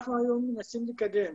אנחנו היום מנסים לקדם